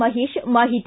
ಮಹೇಶ್ ಮಾಹಿತಿ